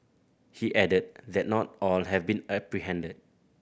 he added that not all have been apprehended